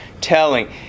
telling